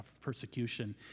persecution